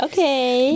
Okay